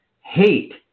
Hate